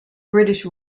british